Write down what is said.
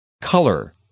Color